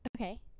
Okay